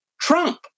Trump